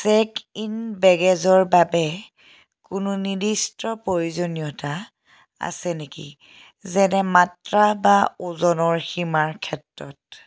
check in বেগেজৰ বাবে কোনো নিৰ্দিষ্ট প্ৰয়োজনীয়তা আছে নেকি যেনে মাত্ৰা বা ওজনৰ সীমাৰ ক্ষেত্ৰত